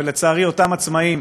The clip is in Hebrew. ולצערי, אותם עצמאים,